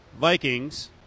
Vikings